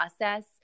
process